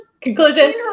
Conclusion